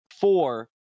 Four